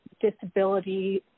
Disability